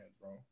bro